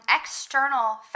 external